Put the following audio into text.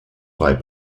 vai